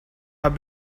have